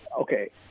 Okay